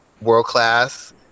world-class